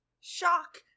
shock